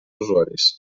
usuaris